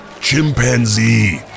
Chimpanzee